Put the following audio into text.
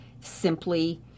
simply